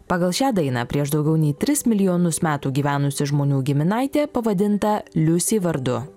pagal šią dainą prieš daugiau nei tris milijonus metų gyvenusių žmonių giminaitė pavadinta liusi vardu